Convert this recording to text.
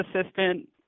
assistant